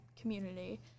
community